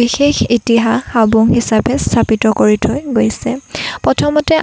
বিশেষ ইতিহাস হাবুং হিচাপে স্থাপিত কৰি থৈ গৈছে প্ৰথমতে